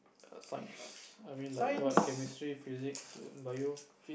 err science I mean like what chemistry physics um Bio